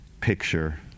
picture